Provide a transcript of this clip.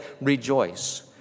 Rejoice